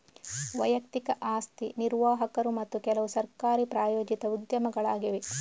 ವೈಯಕ್ತಿಕ ಆಸ್ತಿ ನಿರ್ವಾಹಕರು ಮತ್ತು ಕೆಲವುಸರ್ಕಾರಿ ಪ್ರಾಯೋಜಿತ ಉದ್ಯಮಗಳಾಗಿವೆ